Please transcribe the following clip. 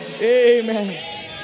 Amen